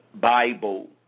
Bible